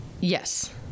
Yes